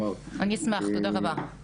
אני אשמח, תודה רבה.